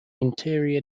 interior